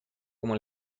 como